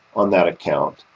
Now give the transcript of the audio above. on that account,